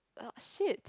uh shit